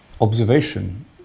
observation